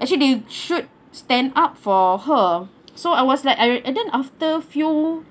actually they should stand up for her so I was like I and then after few